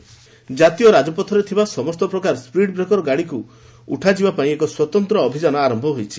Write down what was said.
speed breakers ଜାତୀୟ ରାଜପଥରେ ଥିବା ସମସ୍ତ ପ୍ରକାରର ସ୍ୱିଡ୍ ବ୍ରେକର ଗାଡ଼ିକୁ ଉଠାଯିବା ପାଇଁ ଏକ ସ୍ୱତନ୍ତ ଅଭିଯାନ ଆରମ୍ଭ ହୋଇଛି